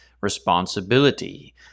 responsibility